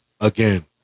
again